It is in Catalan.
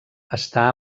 està